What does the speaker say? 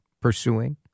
pursuing